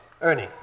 Ernie